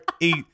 eat